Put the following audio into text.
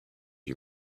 you